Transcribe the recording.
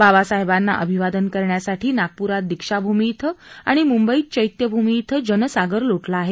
बाबासाहेबांना अभिवादन करण्यासाठी नागपूरात दिक्षाभुमी इथं आणि मुंबईत चैत्यभुमी इथं जनसागर लोटला आहे